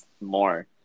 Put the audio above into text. more